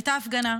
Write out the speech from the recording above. הייתה הפגנה.